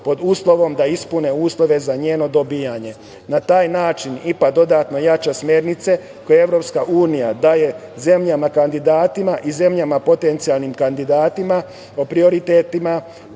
pod uslovom da ispune uslove za njeno dobijanje. Na taj način IPA dodatno jača smernice koje EU dalje zemljama kandidatima i zemljama potencijalnim kandidatima o prioritetima